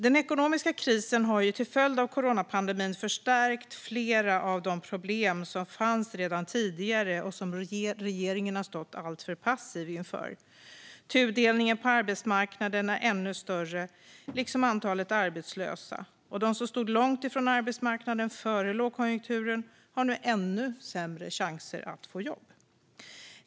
Den ekonomiska krisen har till följd av coronapandemin förstärkt flera av de problem som fanns redan tidigare och som regeringen stått alltför passiv inför. Tudelningen på arbetsmarknaden är ännu större, liksom antalet arbetslösa. De som stod långt från arbetsmarknaden före lågkonjunkturen har nu ännu sämre chanser att få jobb.